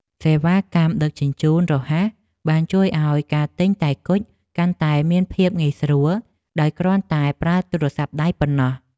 សេវាកម្មដឹកជញ្ជូនរហ័សបានជួយឱ្យការទិញតែគុជកាន់តែមានភាពងាយស្រួលដោយគ្រាន់តែប្រើទូរស័ព្ទដៃប៉ុណ្ណោះ។